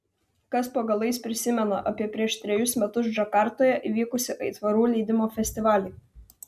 kas po galais prisimena apie prieš trejus metus džakartoje įvykusį aitvarų leidimo festivalį